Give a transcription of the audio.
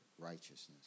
righteousness